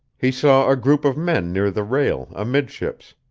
he saw a group of men near the rail, amidships.